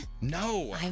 No